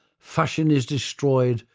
fashion is destroyed,